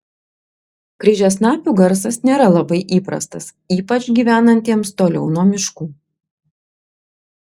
kryžiasnapių garsas nėra labai įprastas ypač gyvenantiems toliau nuo miškų